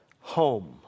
home